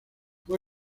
fue